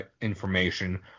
information